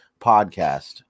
podcast